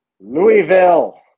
Louisville